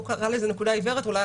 אולי אתה קראת לזה "נקודה עיוורת".